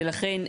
ולכן,